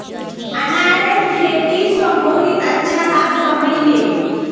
अनारेर खेती स मोहित अच्छा लाभ कमइ ले